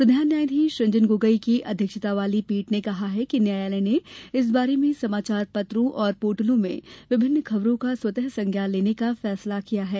प्रधान न्यायाधीश रंजन गोगोई की अध्यक्षता वाली पीठ ने कहा कि न्यायालय ने इस बारे में समाचार पत्रों और पोर्टलों में विभिन्न खबरों का स्वतः संज्ञान लेने का फैसला किया है